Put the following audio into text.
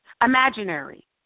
Imaginary